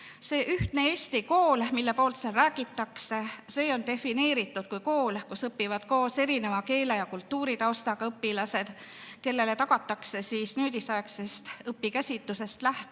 see ühtne Eesti kool, millest seal räägitakse, on defineeritud kui kool, kus õpivad koos erineva keele- ja kultuuritaustaga õpilased, kellele tagatakse nüüdisaegsest õpikäsitusest lähtuv